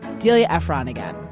delia ephron, again,